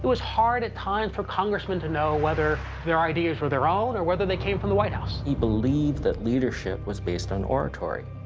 was hard at times for congressmen to know whether their ideas were their own or whether they came from the white house. he believed that leadership was based on oratory,